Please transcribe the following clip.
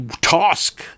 task